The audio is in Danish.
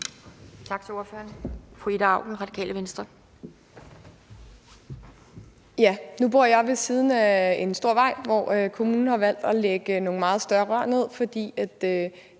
Tak til ordføreren. Fru Ida Auken, Radikale Venstre. Kl. 11:24 Ida Auken (RV): Nu bor jeg ved siden af en stor vej, hvor kommunen har valgt at lægge nogle meget større rør ned, fordi de